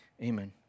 Amen